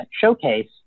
showcase